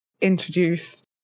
introduced